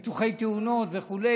ביטוחי תאונות וכו',